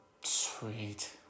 Sweet